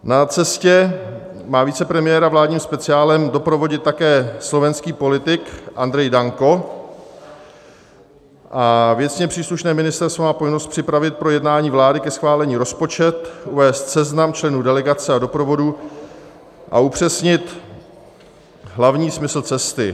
Na cestě má vicepremiéra vládním speciálem doprovodit také slovenský politik Andrej Danko a věcně příslušné ministerstvo má povinnost připravit pro jednání vlády ke schválení rozpočet, uvést seznam členů delegace a doprovodu a upřesnit hlavní smysl cesty.